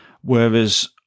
whereas